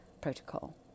protocol